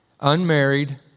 unmarried